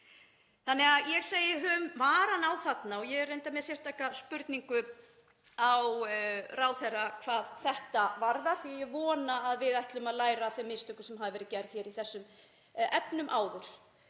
Þannig að ég segi: Höfum varann á þarna og ég er reyndar með sérstaka spurningu á ráðherra hvað þetta varðar því að ég vona að við ætlum að læra af þeim mistökum sem hafa verið gerð í þessum efnum áður.